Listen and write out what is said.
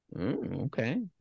Okay